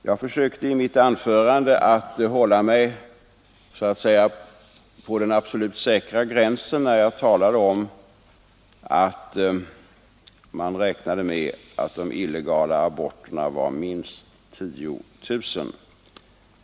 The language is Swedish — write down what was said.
Jag försökte i mitt anförande att definitivt hålla mig på den säkra sidan när jag nämnde att man vid den tiden räknade med att antalet illegala aborter var minst 10 000.